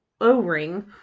Oring